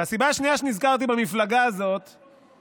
והסיבה השנייה שנזכרתי במפלגה הזאת היא